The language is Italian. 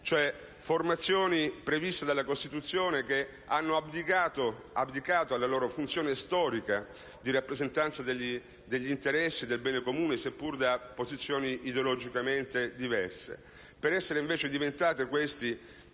delle formazioni previste dalla Costituzione che avevano abdicato alla loro funzione storica di rappresentanza degli interessi e del bene comune, sia pure da posizioni ideologicamente diverse, per diventare invece delle